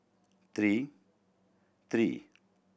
three three